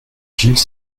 gilles